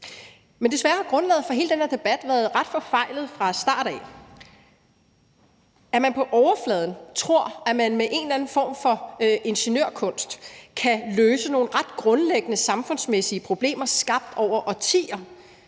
Men desværre har grundlaget for hele den her debat været ret forfejlet fra start af. At man på overfladen tror, at man med en eller anden form for ingeniørkunst kan løse nogle ret grundlæggende samfundsmæssige problemer skabt over årtier